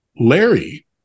Larry